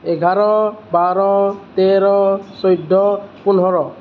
এঘাৰ বাৰ তেৰ চৈধ্য় পোন্ধৰ